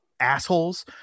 assholes